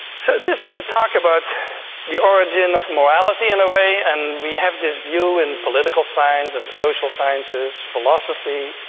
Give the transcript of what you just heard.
so this is a talk about the origin of morality in a way, and we have this view in political science and the social sciences, philosophy,